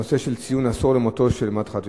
הנושא של ציון עשור למותו של מדחת יוסף.